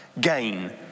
gain